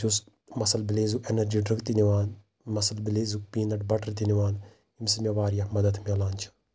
بہٕ چھُس مَسل بِلیزُک اینرجی ڈرٛنٛک تہِ نِوان مِسل بِلیزُک پیٖنَٹ بَٹر تہِ نِوان ییٚمہِ سۭتۍ مےٚ واریاہ مدد مِلان چھُ